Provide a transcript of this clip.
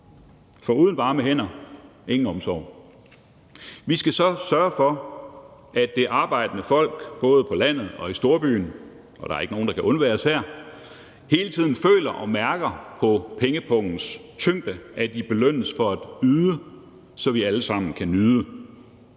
For uden varme hænder: ingen omsorg. Vi skal så sørge for, at det arbejdende folk, både på landet og i storbyen – og der er ikke nogen, der kan undværes her – hele tiden føler og mærker på pengepungens tyngde, at de belønnes for at yde, så vi alle sammen kan nyde.